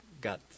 got